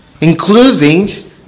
including